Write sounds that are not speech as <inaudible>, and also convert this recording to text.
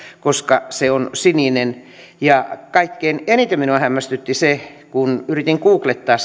koska se on sininen kaikkein eniten minua hämmästytti se kun yritin sitten goog lettaa <unintelligible>